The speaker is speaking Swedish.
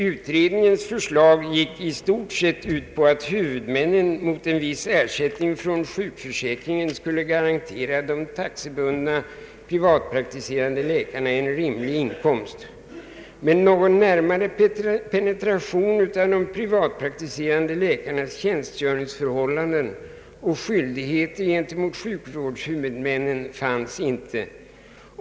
Utredningens förslag gick i stort sett ut på att huvudmännen mot en viss ersättning från sjukförsäkringen skulle garantera de taxebundna privatpraktiserande läkarna en rimlig inkomst. Men någon närmare penetration av de privatpraktiserande läkarnas tjänstgöringsförhållanden och skyldigheter gentemot sjukvårdshuvudmännen fanns inte.